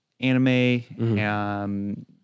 anime